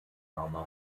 ghana